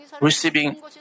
receiving